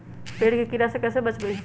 पेड़ के कीड़ा से कैसे बचबई?